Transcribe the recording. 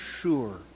sure